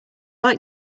like